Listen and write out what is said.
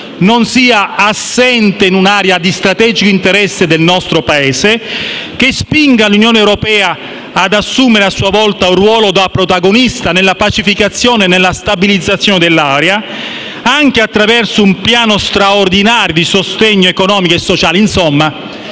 non sia assente in un'area di strategico interesse per il nostro Paese. Ci auguriamo altresì che l'Esecutivo spinga l'Unione europea ad assumere, a sua volta, un ruolo da protagonista nella pacificazione e stabilizzazione dell'area, anche attraverso un piano straordinario di sostegno economico e sociale. Insomma,